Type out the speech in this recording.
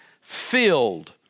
filled